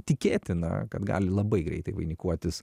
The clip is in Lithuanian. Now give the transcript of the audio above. tikėtina kad gali labai greitai vainikuotis